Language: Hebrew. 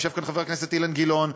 ויושב כאן חבר הכנסת אילן גילאון,